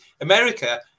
America